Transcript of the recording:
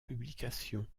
publications